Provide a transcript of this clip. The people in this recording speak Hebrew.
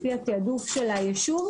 לפי התעדוף של הישוב,